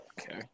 Okay